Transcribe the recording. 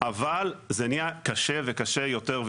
אבל זה נהיה קשה וקשה יותר.